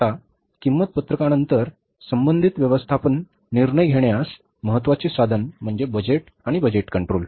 आता किंमत पत्रकानंतर संबंधित व्यवस्थापन निर्णय घेण्यास महत्त्वाचे साधन म्हणजे बजेट आणि बजेट कंट्रोल